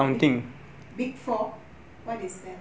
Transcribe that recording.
big big four what is that